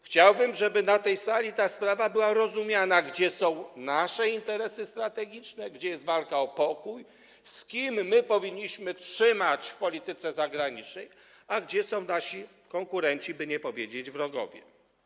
Chciałbym, żeby na tej sali ta sprawa była rozumiana, gdzie są nasze interesy strategiczne, gdzie jest walka o pokój, z kim powinniśmy trzymać w polityce zagranicznej, a gdzie są nasi konkurenci, by nie powiedzieć wrogowie.